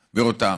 מצרימה"